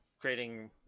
Creating